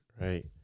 Right